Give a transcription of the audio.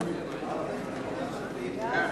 להעביר את הצעת חוק העונשין (תיקון,